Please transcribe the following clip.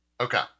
Okay